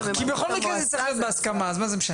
בכל מקרה זה צריך להיות בהסכמה, אז מה זה משנה?